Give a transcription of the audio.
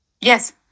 Yes